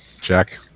Jack